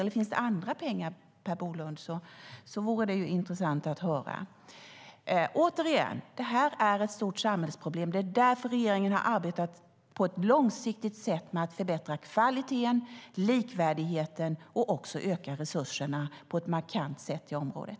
Om det finns andra pengar, Per Bolund, vore det intressant att få höra det. Det här är ett stort samhällsproblem, och det är därför regeringen har arbetat på ett långsiktigt sätt med att förbättra kvaliteten och likvärdigheten och markant öka resurserna på området.